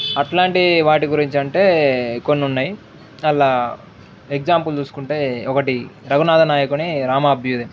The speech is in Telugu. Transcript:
అట్లాంటి వాటి గురించింటే కొన్నిన్నాయి అలా ఎగ్జాంపుల్ చూసుకుంటే ఒకటి రఘునాథ నాయకుని రామాభ్యుది